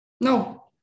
no